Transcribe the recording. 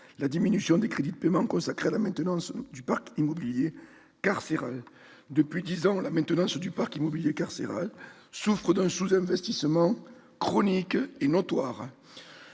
la diminution des crédits de paiement consacrés à la maintenance du parc immobilier carcéral. Depuis dix ans, la maintenance du parc immobilier carcéral souffre d'un sous-investissement chronique et notoire.